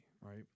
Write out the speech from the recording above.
right